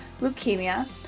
leukemia